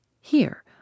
Here